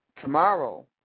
tomorrow